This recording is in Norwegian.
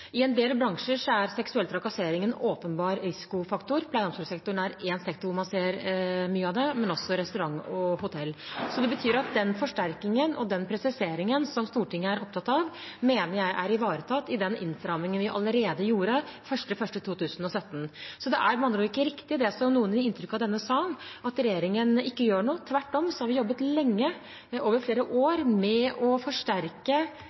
I en del bransjer er seksuell trakassering en åpenbar risikofaktor. Pleie- og omsorgssektoren er én sektor hvor man ser mye av det, men også i restaurant- og hotellbransjen. Den forsterkningen og den presiseringen som Stortinget er opptatt av, mener jeg er ivaretatt i den innstrammingen vi allerede gjorde 1. januar 2017. Det er med andre ord ikke riktig det som noen gir inntrykk av i denne sal, at regjeringen ikke gjør noe. Tvert om har vi jobbet lenge, over flere år, med å forsterke